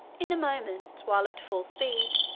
in a moment, while at full speed,